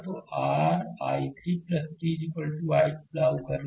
तो R I3 3 I2 को लागू करना